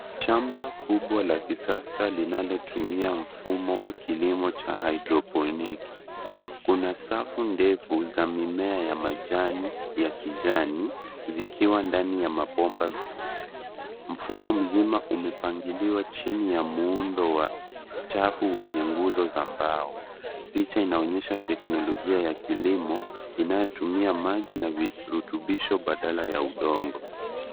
Shamba kubwa la kisasa linalotumia mfumo wa kilimo cha haidroponiki. Kuna safu ndefu za mimea ya majani ya kijani, zikiwa ndani ya mabomba meupe. Mfumo mzima umepangiliwa chini ya muundo wa chafu wenye nguzo za mbao. Picha inaonyesha teknolojia ya kilimo inayotumia maji na virutubisho badala ya udongo.